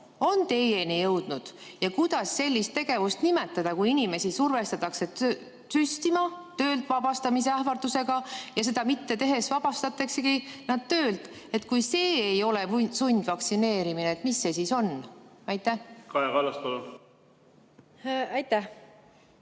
on teieni jõudnud. Kuidas sellist tegevust nimetada, kui inimesi survestatakse süstima töölt vabastamise ähvardusega ja kui nad seda ei tee, siis vabastataksegi nad töölt? Kui see ei ole sundvaktsineerimine, mis see siis on? Aitäh,